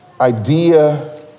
idea